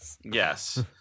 Yes